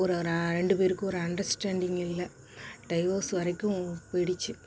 ஒரு ஒரு ரெண்டு பேருக்கும் ஒரு அண்டர்ஸ்டாண்டிங் இல்லை டைவர்ஸ் வரைக்கும் போயிடுச்சு